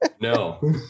No